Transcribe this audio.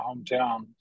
hometown